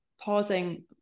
pausing